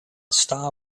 star